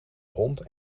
hond